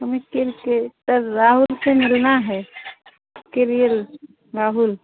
हमें किर्केटर राहुल से मिलना है किर यल राहुल